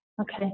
Okay